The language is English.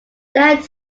let